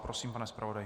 Prosím, pane zpravodaji.